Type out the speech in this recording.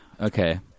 okay